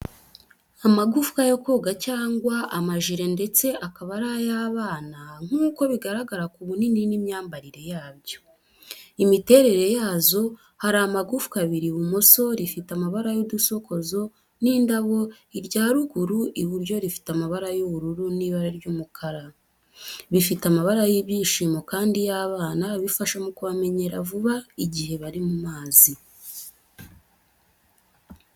Amagufwa yo koga cyangwa amajire ndetse akaba ari ay’abana, nk’uko bigaragara ku bunini n’imyambarire yabyo. Imiterere yazo hari amagufwa abiri ibumoso rifite amabara y’udusokozo n’indabo irya ruguru iburyo rifite amabara y’ubururu n'ibara ry'umukara. Bifite amabara y’ibyishimo kandi y’abana bifasha mu kubamenyera vuba igihe bari mu mazi.